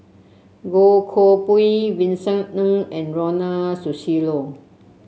Goh Koh Pui Vincent Ng and Ronald Susilo